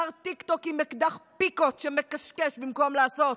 שר טיקטוק עם אקדח פיקות שמקשקש במקום לעשות.